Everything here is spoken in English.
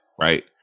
right